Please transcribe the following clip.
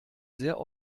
sehr